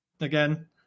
again